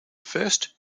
first